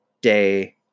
day